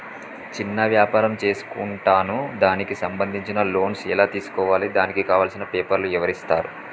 చిన్న వ్యాపారం చేసుకుంటాను దానికి సంబంధించిన లోన్స్ ఎలా తెలుసుకోవాలి దానికి కావాల్సిన పేపర్లు ఎవరిస్తారు?